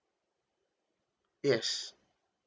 yes